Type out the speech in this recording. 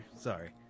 Sorry